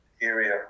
area